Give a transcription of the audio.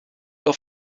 auf